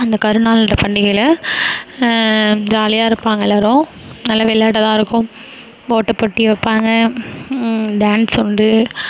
அந்த கருநாள் என்ற பண்டிகையில் ஜாலியாக இருப்பாங்க எல்லாரும் நல்ல விளையாட்டெல்லாம் இருக்கும் ஓட்டப்போட்டி வைப்பாங்க டான்ஸ் வந்து